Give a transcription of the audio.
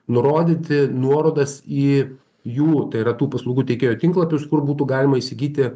nurodyti nuorodas į jų tai yra tų paslaugų teikėjo tinklapius kur būtų galima įsigyti